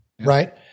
right